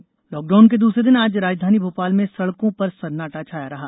lockdown lockdown के दूसरे दिन आज राजधानी भोपाल में सड़कों पर सन्नाटा छाया रहा